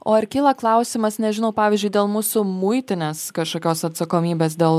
o ar kyla klausimas nežinau pavyzdžiui dėl mūsų muitinės kažkokios atsakomybės dėl